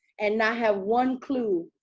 and not have one clue,